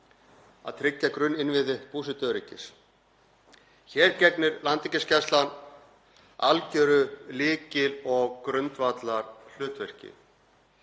að tryggja grunninnviði búsetuöryggis. Hér gegnir Landhelgisgæslan algeru lykil- og grundvallarhlutverki.